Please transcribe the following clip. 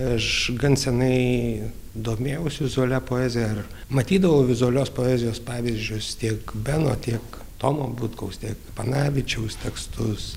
aš gan seniai domėjausi vizualia poezija ir matydavau vizualios poezijos pavyzdžius tiek beno tiek tomo butkaus tiek panavičiaus tekstus